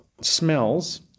Smells